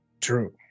True